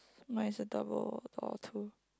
mine's a double door too